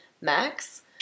max